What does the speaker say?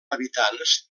habitants